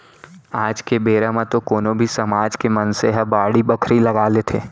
आज के बेरा म तो कोनो भी समाज के मनसे मन ह बाड़ी बखरी लगा लेथे